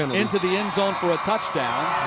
and into the end zone for a touchdown.